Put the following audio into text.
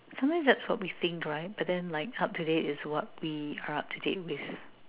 sometimes that's what we think right but then like up to date is what we are up to date with